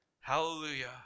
Hallelujah